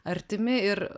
artimi ir